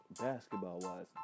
Basketball-wise